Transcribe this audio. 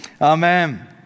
Amen